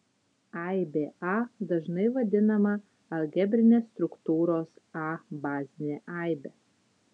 aibė a dažnai vadinama algebrinės struktūros a bazine aibe